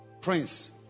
Prince